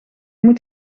moet